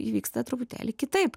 įvyksta truputėlį kitaip